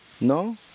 ¿No